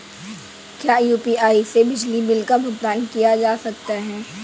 क्या यू.पी.आई से बिजली बिल का भुगतान किया जा सकता है?